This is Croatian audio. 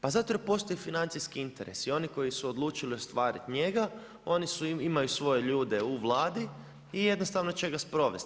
Zato jer postoji financijski interes i oni koji su odlučili ostvariti njega, oni imaju svoje ljude u Vladi i jednostavno će ga provesti.